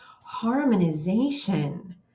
harmonization